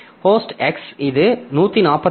host X இது 146